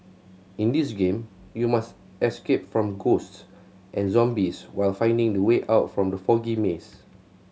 in this game you must escape from ghosts and zombies while finding the way out from the foggy maze